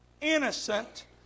innocent